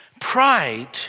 Pride